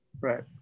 Right